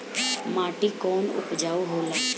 माटी कौन उपजाऊ होला?